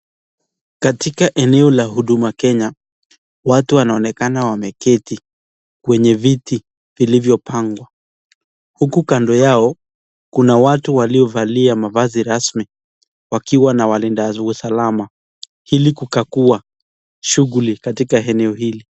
Katika eneo la huduma Kenya, watu wanaonekana wameketi kwenye viti vilivyopangwa. Huku kando yao, kuna watu waliovalia mavazi rasmi wakiwa na walinzi wa usalama ili kukagua shughuli katika eneo hili.